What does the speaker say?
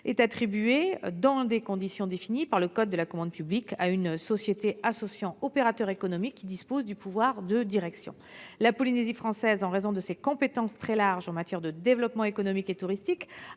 est attribué, dans des conditions définies par le code de la commande publique, à une société associant un opérateur économique qui dispose du pouvoir de direction et la Polynésie française qui, en raison de ses compétences très larges en matière de développement économique et touristique,